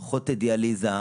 פחות דיאליזה,